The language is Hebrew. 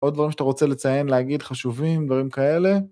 עוד דברים שאתה רוצה לציין, להגיד, חשובים, דברים כאלה.